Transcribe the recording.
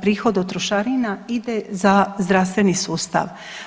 prihod od trošarina ide za zdravstveni sustav.